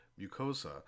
mucosa